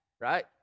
Right